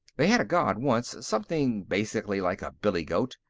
they had a god, once, something basically like a billy goat,